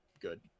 good